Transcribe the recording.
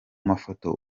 mafoto